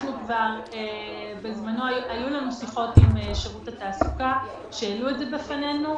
אנחנו כבר בזמנו היו לנו שיחות עם שירות התעסוקה שהעלו את זה בפנינו,